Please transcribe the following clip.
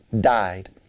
died